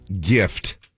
Gift